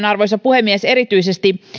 arvoisa puhemies erityisesti